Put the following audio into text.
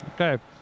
Okay